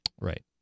Right